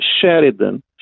Sheridan